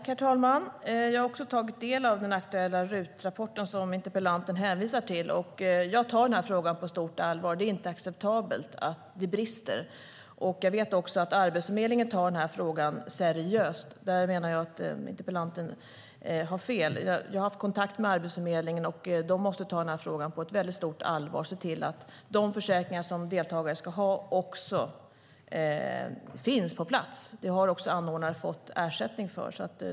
Herr talman! Jag har tagit del av den aktuella RUT-rapport som interpellanten hänvisar till och tar frågan på stort allvar. Det är inte acceptabelt att det brister. Jag vet att Arbetsförmedlingen tar frågan seriöst. På den punkten menar jag att interpellanten har fel. Jag har haft kontakt med Arbetsförmedlingen. De måste ta frågan på stort allvar och se till att de försäkringar som deltagare ska ha finns på plats. Det har också anordnare fått ersättning för.